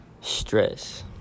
Stress